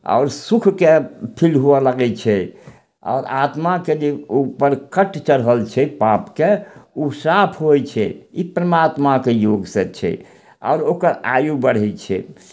आओर सुखके फील हुअए लगय छै आओर आत्माके जे ओ परखट चढ़ल छै पापके ओ साफ होइ छै ई परमात्माके योगसँ छै आओर ओकर आयु बढ़य छै